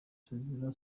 sevilla